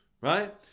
right